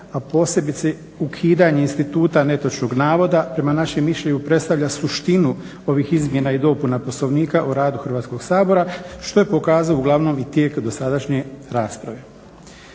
a posebice ukidanje instituta netočnog navoda prema našem mišljenju predstavlja suštinu ovih izmjena i dopuna Poslovnika o radu Hrvatskog sabora što je pokazao uglavnom i tijek dosadašnje rasprave.